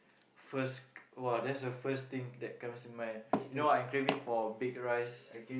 first !wah! that's the first thing that comes in mind you know I craving for baked rice